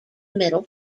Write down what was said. middle